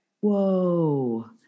Whoa